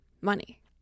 money